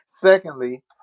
secondly